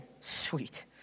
Sweet